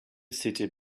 city